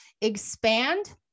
expand